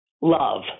love